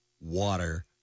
water